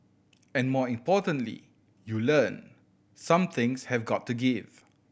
and more importantly you learn some things have got to give